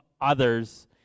others